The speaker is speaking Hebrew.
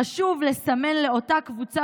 חשוב לסמן לאותה קבוצה,